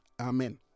Amen